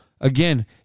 Again